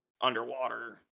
Underwater